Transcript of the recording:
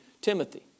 Timothy